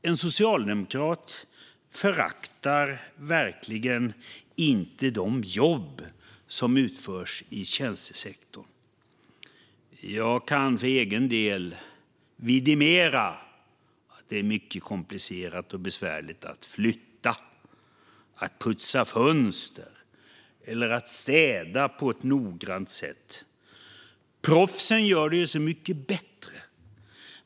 En socialdemokrat föraktar verkligen inte de jobb som utförs i tjänstesektorn. Jag kan för egen del vidimera att det är mycket komplicerat och besvärligt att flytta, att putsa fönster eller att städa på ett noggrant sätt. Proffsen gör det ju så mycket bättre!